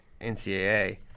NCAA